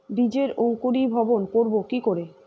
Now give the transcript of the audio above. বীজের অঙ্কুরিভবন করব কি করে?